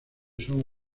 son